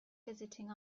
visiting